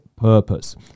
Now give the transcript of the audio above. purpose